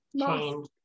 change